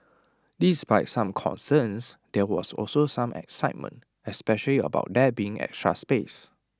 despite some concerns there was also some excitement especially about there being extra space